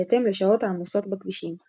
בהתאם לשעות העמוסות בכבישים,